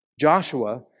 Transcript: Joshua